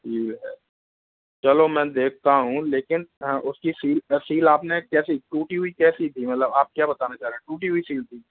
ठीक है चलो मैं देखता हूँ लेकिन उसकी सील सील आपने कैसी टूटी हुई कैसी थी मतलब आप क्या बताना चाह रहे हैं टूटी हुई सील थी